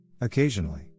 occasionally